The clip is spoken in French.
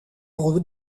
pour